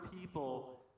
people